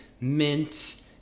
mint